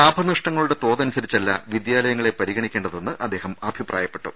ലാഭനഷ്ടങ്ങളുടെ തോതനുസരിച്ചല്ല വിദ്യാലയ ങ്ങളെ പരിഗണിക്കേണ്ടതെന്ന് അദ്ദേഹം അഭിപ്രായപ്പെട്ടു